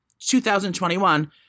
2021